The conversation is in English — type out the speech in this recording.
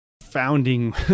founding